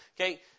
Okay